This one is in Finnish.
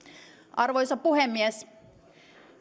arvoisa puhemies